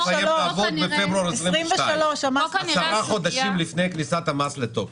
לעבוד בפברואר 2022. 2023 --- עשרה חודשים לפני כניסת המס לתוקף.